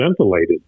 ventilated